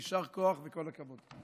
יישר כוח וכל הכבוד.